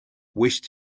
wished